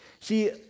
See